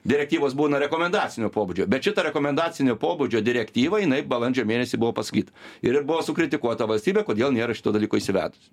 direktyvos būna rekomendacinio pobūdžio bet šita rekomendacinio pobūdžio direktyva jinai balandžio mėnesį buvo pasakyta ir buvo sukritikuota valstybė kodėl nėra šito dalyko įsivedus